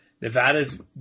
Nevada's